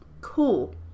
Cool